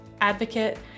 advocate